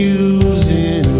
using